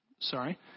Sorry